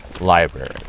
library